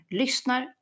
lyssnar